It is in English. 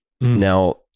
now